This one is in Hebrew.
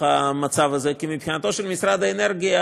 במצב הזה, כי מבחינת משרד האנרגיה,